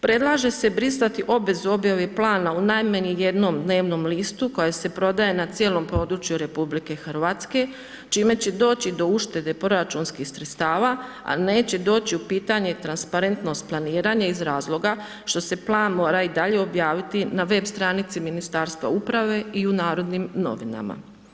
Predlaže se brisati obvezu objave plana u najmanji jednom dnevnom listu koja se prodaje na cijelom području RH, čime će doći do uštede proračunskih sredstava a neće doći u pitanje transparentnost planiranja iz razloga što se plan mora i dalje objaviti na web stranici Ministarstva uprave i u Narodnim novinama.